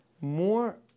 more